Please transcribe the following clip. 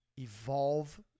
evolve